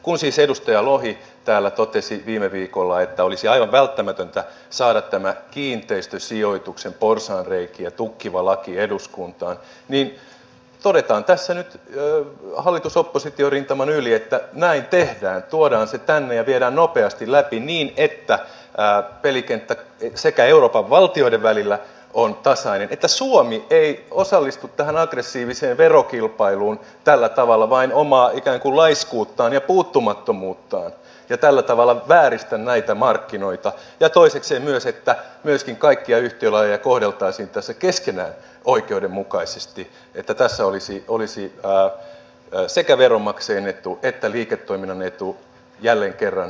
kun siis edustaja lohi täällä totesi viime viikolla että olisi aivan välttämätöntä saada tämä kiinteistösijoituksen porsaanreikiä tukkiva laki eduskuntaan niin todetaan tässä nyt hallitusoppositio rintaman yli että näin tehdään tuodaan se tänne ja viedään nopeasti läpi niin että sekä pelikenttä euroopan valtioiden välillä on tasainen että suomi ei osallistu tähän aggressiiviseen verokilpailuun tällä tavalla vain omaa ikään kuin laiskuuttaan ja puuttumattomuuttaan ja tällä tavalla vääristä näitä markkinoita ja toisekseen myös että myöskin kaikkia yhtiölajeja kohdeltaisiin tässä keskenään oikeudenmukaisesti että tässä olisi sekä veronmaksajien etu että liiketoiminnan etu jälleen kerran yhteinen